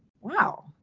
wow